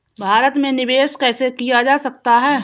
भारत में निवेश कैसे किया जा सकता है?